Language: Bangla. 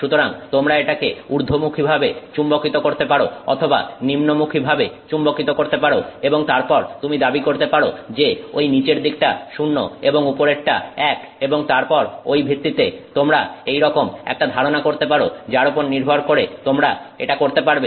সুতরাং তোমরা এটাকে ঊর্ধ্বমুখীভাবে চুম্বকিত করতে পারো অথবা নিম্নমুখীভাবে চুম্বকিত করতে পারো এবং তারপর তুমি দাবি করতে পারো যে ওই নিচের দিকটা 0 এবং উপরেরটা 1 এবং তারপর ওই ভিত্তিতে তোমরা এইরকম একটা ধারণা করতে পারো যার ওপর নির্ভর করে তোমরা এটা করতে পারবে